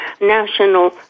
national